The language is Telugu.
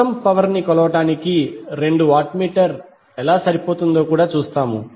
మొత్తం పవర్ ని కొలవడానికి రెండు వాట్ మీటర్ ఎలా సరిపోతుందో కూడా చూస్తాము